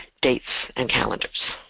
dates, and calendars.